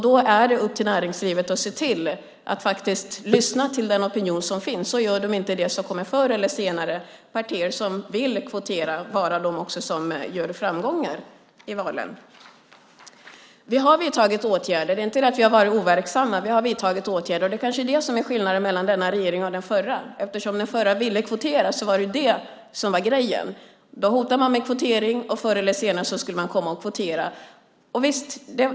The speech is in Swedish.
Då är det upp till näringslivet att se till att lyssna till den opinion som finns. Gör man inte det kommer förr eller senare partier som vill kvotera vara de som får framgångar i valen. Vi har vidtagit åtgärder; vi har inte varit overksamma. Det är kanske skillnaden mellan denna regering och den förra. Eftersom den förra ville kvotera var det grejen. Man hotade med kvotering och förr eller senare skulle det kvoteras.